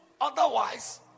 Otherwise